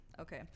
Okay